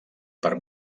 per